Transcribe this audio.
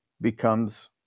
becomes